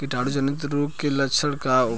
कीटाणु जनित रोग के लक्षण का होखे?